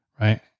Right